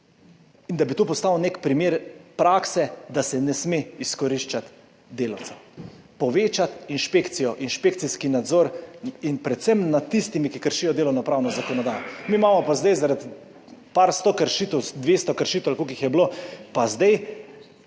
in da bi to postal nek primer prakse, da se ne sme izkoriščati delavcev. Povečati inšpekcijo, inšpekcijski nadzor in predvsem nad tistimi, ki kršijo delovnopravno zakonodajo. Mi imamo pa zdaj zaradi par 100 kršitev, 200 kršitev ali koliko jih je bilo, pa zdaj